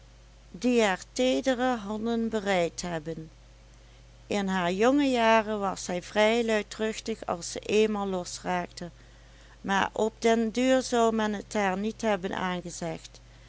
die haar teedere handen bereid hebben in haar jonge jaren was zij vrij luidruchtig als ze eenmaal losraakte maar op den duur zou men het haar niet hebben aangezegd